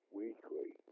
weekly